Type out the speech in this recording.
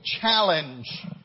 challenge